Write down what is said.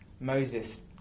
Moses